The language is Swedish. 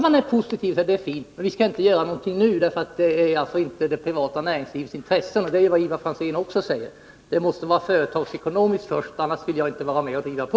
Man är positiv men säger att vi inte skall göra någonting nu, för det är inte i det privata näringslivets intresse. Detta är vad Ivar Franzén också säger. Det måste vara företagsekonomiskt först, annars vill han inte vara med och driva på.